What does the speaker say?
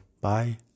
bye